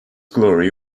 glory